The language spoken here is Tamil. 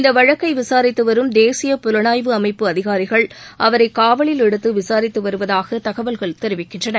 இந்த வழக்கை விசாரித்து வரும் தேசிய புலனாய்வு அமைப்பு அதிகாரிகள் அவரை காவலில் எடுத்து விசாரித்து வருவதாக தகவல்கள் தெரிவிக்கின்றன